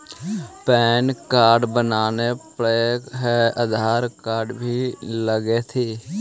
Pan card बनावे पडय है आधार कार्ड भी लगहै?